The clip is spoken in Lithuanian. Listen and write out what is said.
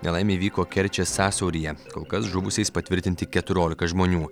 nelaimė įvyko kerčės sąsiauryje kol kas žuvusiais patvirtinti keturiolika žmonių